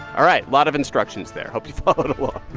all right. lot of instructions there. hope you followed along.